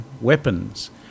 weapons